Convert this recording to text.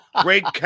Great